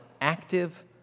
active